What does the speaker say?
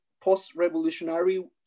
post-revolutionary